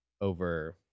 over